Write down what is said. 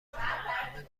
همه